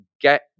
get